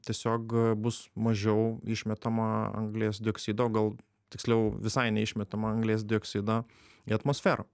tiesiog bus mažiau išmetama anglies dioksido o gal tiksliau visai neišmetama anglies dioksido į atmosferą